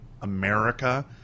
America